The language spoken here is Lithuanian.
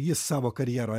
jis savo karjerą